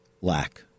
lack